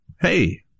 Hey